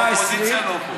האופוזיציה לא פה.